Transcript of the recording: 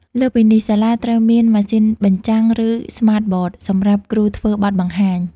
លើសពីនេះសាលាត្រូវមានម៉ាស៊ីនបញ្ចាំង ឬ Smart Boards សម្រាប់គ្រូធ្វើបទបង្ហាញ។